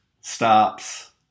stops